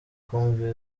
kumvira